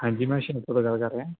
ਹਾਂਜੀ ਮੈਂ ਸ਼ੰਕਰ ਗੱਲ ਕਰ ਰਿਹਾ